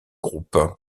groupe